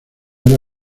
era